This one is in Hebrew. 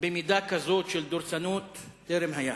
במידה כזאת של דורסנות טרם היה.